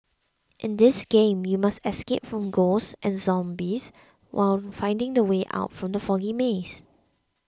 in this game you must escape from ghosts and zombies while finding the way out from the foggy maze